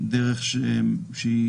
דרך שהיא